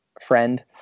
friend